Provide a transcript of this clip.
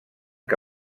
que